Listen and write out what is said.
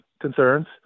concerns